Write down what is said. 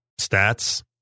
Stats